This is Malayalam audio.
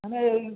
അങ്ങനെ ഒരു